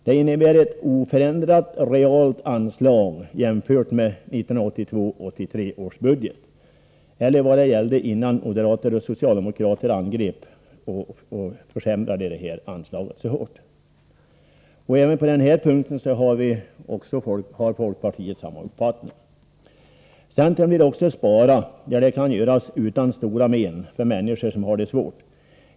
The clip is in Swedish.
Det innebär ett oförändrat realt anslag jämfört med 1982/83 års budget eller vad som gällde innan moderater och socialdemokrater angrep detta anslag så hårt. Även på denna punkt har folkpartiet samma uppfattning. Centern vill också spara där det kan göras utan stora men för människor som har det svårt.